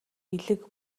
элэг